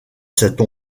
cette